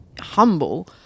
humble